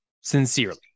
sincerely